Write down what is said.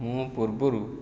ମୁଁ ପୂର୍ବରୁ